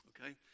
Okay